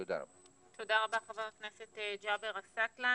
תודה רבה, חבר הכנסת ג'אבר עסאקלה.